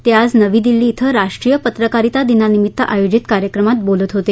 ते आज नवी दिल्ली ध्वं राष्ट्रीय पत्रकारिता दिनानिमित्त आयोजित कार्यक्रमात बोलत होते